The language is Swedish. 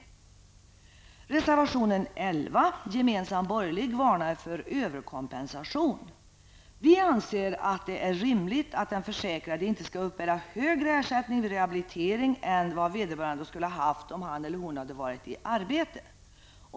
I reservation 11, som är en gemensam borgerlig reservation, varnas för överkompensation. Vi anser att det är rimligt att den försäkrade inte skall uppbära högre ersättning vid rehabilitering än vad vederbörande skulle ha haft om han/hon varit i arbete.